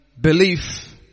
belief